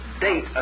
date